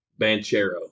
Banchero